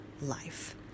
life